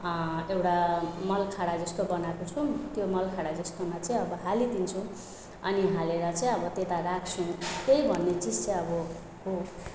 एउटा मल खाडा जस्तो बनाएको छु त्यो मल खाडा जस्तोमा चाहिँ अब हालिदिन्छु अनि हालेर चाहिँ अब त्यता राख्छु त्यही भन्ने चिज चाहिँ अब हो